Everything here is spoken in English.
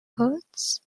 hurts